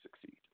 succeed